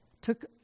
took